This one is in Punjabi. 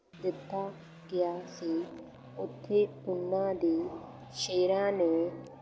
ਦਿੱਤਾ ਗਿਆ ਸੀ ਉੱਥੇ ਉਨਾਂ ਦੀ ਸ਼ੇਰਾਂ ਨੇ